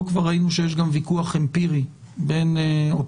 פה כבר ראינו שיש גם ויכוח אמפירי או פרשני